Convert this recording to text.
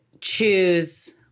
choose